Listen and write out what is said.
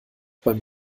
beim